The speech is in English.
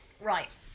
Right